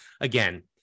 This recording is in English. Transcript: again